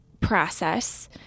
process